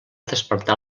despertat